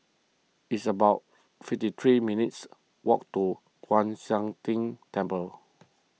it's about fifty three minutes' walk to Kwan Siang Tng Temple